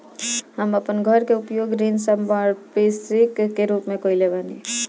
हम अपन घर के उपयोग ऋण संपार्श्विक के रूप में कईले बानी